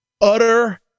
Utter